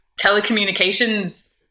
telecommunications